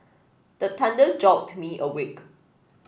the thunder jolt me awake